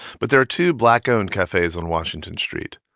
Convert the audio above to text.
but there are two black-owned cafes on washington street,